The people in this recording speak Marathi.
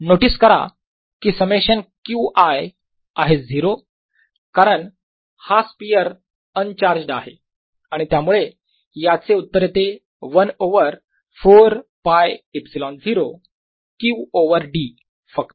नोटीस करा की समेशन Qi आहे 0 कारण हा स्पियर अन्चार्ज्ड आहे आणि त्यामुळे याचे उत्तर येते 1 ओवर 4 πε0 Q ओवर d फक्त